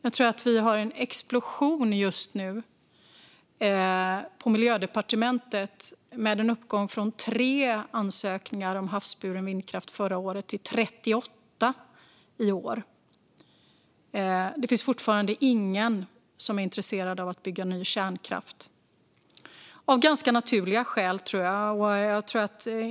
Vi har just nu en explosion på Miljödepartementet, med en uppgång från tre ansökningar om havsburen vindkraft förra året till 38 ansökningar i år. Det finns fortfarande ingen som är intresserad av att bygga ny kärnkraft - av ganska naturliga skäl, tror jag.